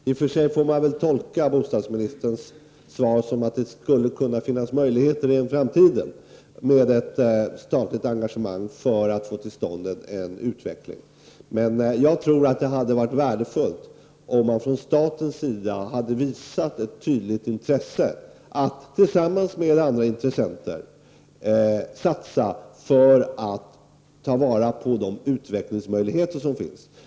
I och för sig får man väl tolka bostadsministerns svar så, att det kan finnas möjligheter även i framtiden för ett statligt engagemang för att få till stånd en utveckling av området. Men jag tror att det hade varit värdefullt om staten hade visat ett tydligt intresse att, tillsammans med andra intressenter, satsa för att ta till vara de utvecklingsmöjligheter som finns.